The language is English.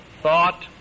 thought